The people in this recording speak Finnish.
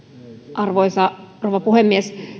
arvoisa rouva puhemies